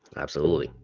absolutely,